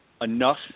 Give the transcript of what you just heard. enough